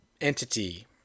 entity